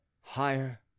higher